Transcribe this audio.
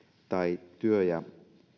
tai työ ja